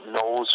knows